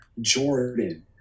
Jordan